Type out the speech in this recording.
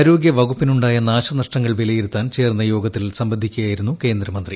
ആരോഗൃവകുപ്പിനുണ്ടായ നാശനഷ്ടങ്ങൾ വിലയിരുത്താൻ ചേർന്ന യോഗത്തിൽ സംബന്ധിക്കുകയായിരുന്നു കേന്ദ്രമന്ത്രി